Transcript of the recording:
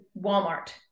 Walmart